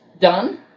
done